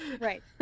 Right